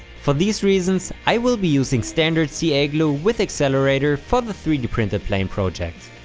for these reasons i will be using standard ca with accelerator for the three d printed plane project.